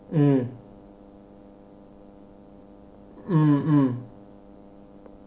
um